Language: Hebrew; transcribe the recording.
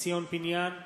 ציון פיניאן,